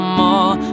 more